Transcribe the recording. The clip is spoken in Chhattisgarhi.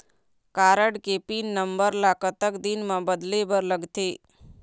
कारड के पिन नंबर ला कतक दिन म बदले बर लगथे?